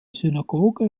synagoge